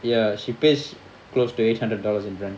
ya she pays close to eight hundred dollars in rent